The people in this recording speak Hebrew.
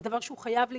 זה דבר שהוא חייב להיפתר.